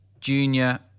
Junior